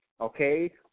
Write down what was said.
okay